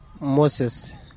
Moses